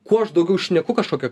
kuo aš daugiau šneku kažkokia